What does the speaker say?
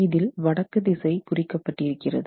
இதில் வடக்கு திசை குறிக்கப்பட்டிருக்கிறது